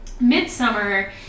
Midsummer